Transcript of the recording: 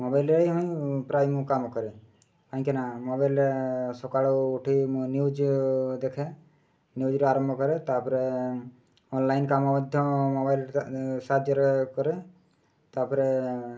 ମୋବାଇଲ୍ରେ ହିଁ ପ୍ରାୟ ମୁଁ କାମ କରେ କାହିଁକି ନା ମୋବାଇଲ୍ରେ ସକାଳୁ ଉଠି ମୁଁ ନ୍ୟୁଜ୍ ଦେଖେ ନିଉଜ୍ରେ ଆରମ୍ଭ କରେ ତା'ପରେ ଅନ୍ଲାଇନ୍ କାମ ମଧ୍ୟ ମୋବାଇଲ୍ରେ ସାହାଯ୍ୟରେ କରେ ତା'ପରେ